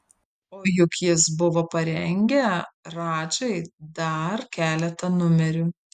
o juk jis buvo parengę radžai dar keletą numerių